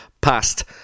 past